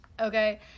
okay